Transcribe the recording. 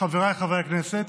חבריי חברי הכנסת,